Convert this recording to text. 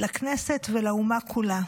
לכנסת ולאומה כולה: